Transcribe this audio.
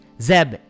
Zeb